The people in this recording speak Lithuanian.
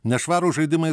nešvarūs žaidimai